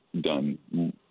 done